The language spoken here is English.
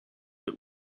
but